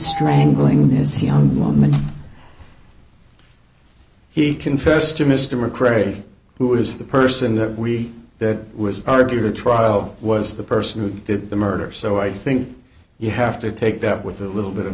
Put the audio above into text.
strangling this young woman he confessed to mr mccrary who is the person that we that was argued to trial was the person who did the murder so i think you have to take that with a little bit of